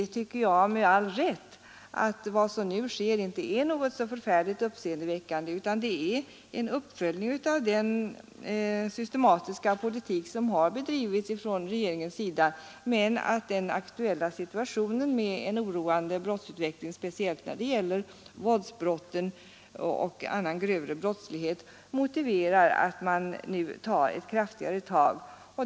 Därför tycker jag att vi med all rätt säger att det som nu skall ske inte är så förfärligt uppseendeväckande utan att det är en uppföljning av den systematiska politik som regeringspartiet har drivit men att den aktuella situationen med en oroväckande brottsutveckling, speciellt när det gäller våldsbrotten och annan grövre brottslighet, motiverar att man nu tar ett kraftigare tag.